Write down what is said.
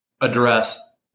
address